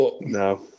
No